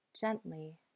gently